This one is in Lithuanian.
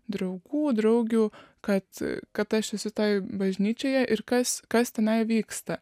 draugų draugių kad kad aš esu toj bažnyčioje ir kas kas tenai vyksta